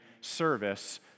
service